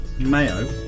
Mayo